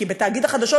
כי תאגיד החדשות,